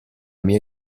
mia